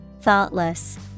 Thoughtless